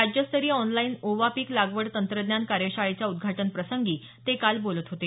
राज्यस्तरीय ऑनलाईन ओवा पीक लागवड तंत्रज्ञान कार्यशाळेच्या उद्घाटनाप्रसंगी ते काल बोलत होते